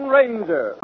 Ranger